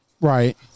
Right